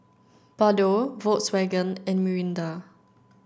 Bardot Volkswagen and Mirinda